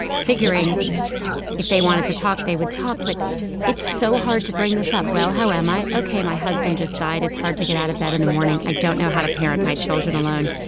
figuring if they wanted to talk, they would talk. but it's so hard to bring this up. well, how am i? ok, my husband just died. it's hard to get out of bed in the morning. i don't know how to parent my children alone.